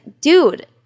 dude